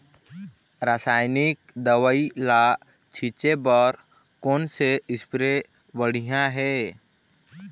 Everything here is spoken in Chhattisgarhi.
रासायनिक दवई ला छिचे बर कोन से स्प्रे बढ़िया हे?